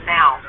now